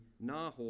Nahor